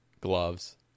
gloves